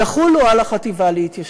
יחולו על החטיבה להתיישבות.